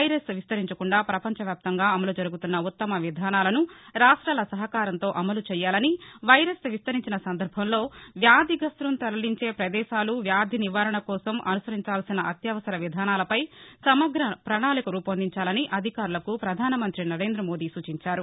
virus విస్తరించకుండా పపంచ వ్యాప్తంగా అమలు జరుగుతున్న ఉత్తమ విధానాలను రాష్టాల సహకారంతో అమలు చేయాలని వైరస్ విస్తరించిన సందర్బంలో వ్యాధి గ్రస్తులను తరలించే ప్రదేశాలు వ్యాధి నివారణ కోసం అనుసరించవలసిన అత్యవసర విధానాలపై సమగ్ర ప్రణాళిక రూపొందించాలని అధికారులకు ప్రధాన మంత్రి నరేం్రద మోడి సూచాంచారు